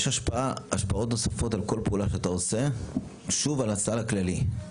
יש השפעות נוספות על כל פעולה שאתה עושה שוב על הסל הכללי,